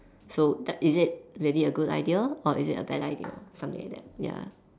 so that is it really a good idea or is it a bad idea something like that